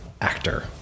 actor